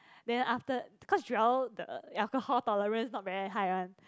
then after cause Joel the alcohol tolerance not very high one